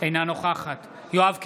אינה נוכחת יואב קיש,